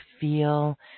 feel